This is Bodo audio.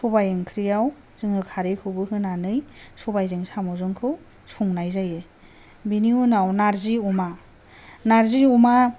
सबाय ओंख्रिआव जोङो खारैखौबो होनानै सबायजों साम'जोंखौ संनाय जायो बिनि उनाव नार्जि अमा नार्जि अमा